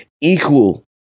equal